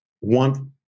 want